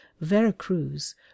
Veracruz